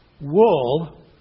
wool